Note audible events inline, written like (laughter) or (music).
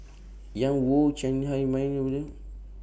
Ian Woo Chiang Hai (unintelligible)